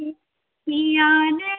पिया नहीं आये हो रामा